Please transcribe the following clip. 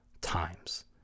times